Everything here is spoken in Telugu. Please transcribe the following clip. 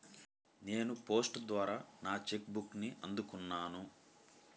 నేను పోస్ట్ ద్వారా నా చెక్ బుక్ని అందుకున్నాను